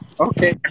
Okay